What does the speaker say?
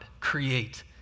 create